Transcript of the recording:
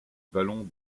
vallon